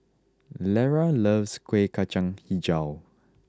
Lera loves Kueh Kacang HiJau